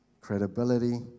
credibility